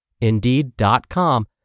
Indeed.com